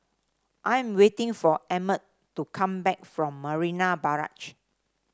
I am waiting for Emmet to come back from Marina Barrage